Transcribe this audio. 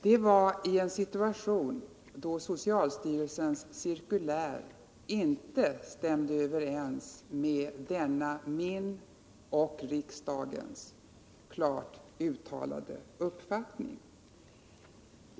Det var i en situation, då socialstyrelsens cirkulär inte stämde överens med denna min och riksdagens klart uttalade uppfattning.